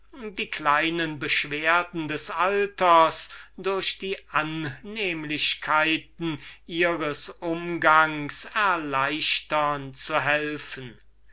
die beschwerden des hohen alters durch die annehmlichkeiten ihres umgangs erleichtern zu helfen